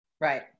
Right